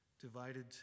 divided